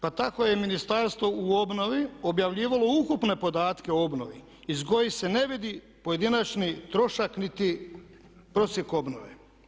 Pa tako je ministarstvo u obnovi objavljivalo ukupne podatke o obnovi iz kojih se ne vidi pojedinačni trošak niti prosjek obnove.